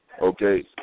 okay